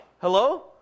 Hello